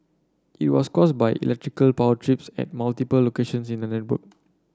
it was caused by electrical power trips at multiple locations in the network